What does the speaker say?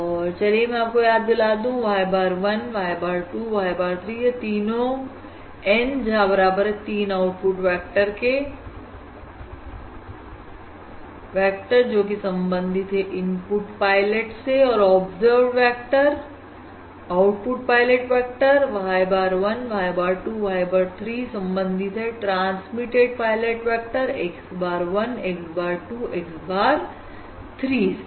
और चलिए मैं आपको याद दिला दूं y bar 1 y bar 2 y bar 3 यह तीनों N जहां बराबर है 3 आउटपुट वेक्टर के वेक्टर जोकि संबंधित है इनपुट पायलट से और observed vector output pilot vector y bar 1 y bar 2 y bar 3 संबंधित है transmitted pilot vector x bar 1 x bar 2 x bar 3 से